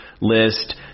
list